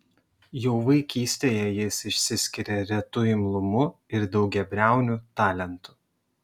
jau vaikystėje jis išsiskiria retu imlumu ir daugiabriauniu talentu